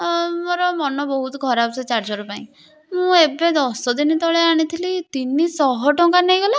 ମୋର ମନ ବହୁତ ଖରାପ ସେ ଚାର୍ଜର୍ ପାଇଁ ମୁଁ ଏବେ ଦଶ ଦିନ ତଳେ ଆଣିଥିଲି ତିନି ଶହ ଟଙ୍କା ନେଇଗଲା